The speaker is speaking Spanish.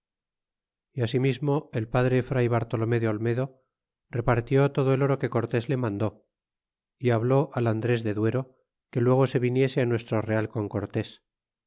y asimismo el padre fray bartolomé de olmedo repartió todo el oro que cortes le mandó y habló al andres de duero que luego se viniese nuestro real con cortés